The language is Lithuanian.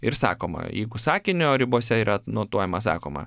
ir sakoma jeigu sakinio ribose yra anotuojama sakoma